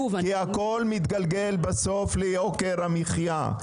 כי הכל מתגלגל בסוף ליוקר המחיה,